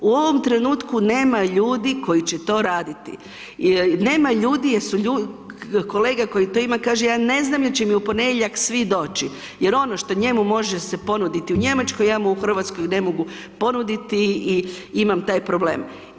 U ovom trenutku nema ljudi koji će to raditi, nema ljudi jer su ljudi, kolega koji to ima ja ne znam jel će mi u ponedjeljak svi doći, jer ono što njemu može se ponuditi u Njemačkoj ja mu u Hrvatskoj ne mogu ponuditi i imam taj problem.